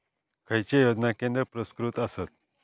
खैचे योजना केंद्र पुरस्कृत आसत?